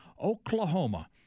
Oklahoma